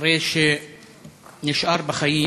אחרי שנשאר בחיים